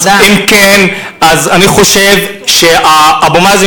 אז אם כן, אני חושב שאבו